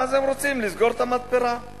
ואז הם רוצים לסגור את המתפרה.